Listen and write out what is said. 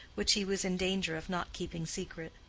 which he was in danger of not keeping secret.